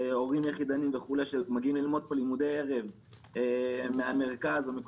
הורים יחידנים וכו' שמגיעים ללמוד פה לימודי ערב מהמרכז או פה